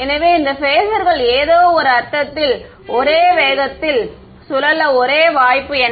எனவே இந்த பேஸர்கள் ஏதோ ஒரு அர்த்தத்தில் ஒரே வேகத்தில் சுழல ஒரே வாய்ப்பு என்ன